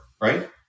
right